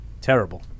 Terrible